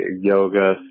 yoga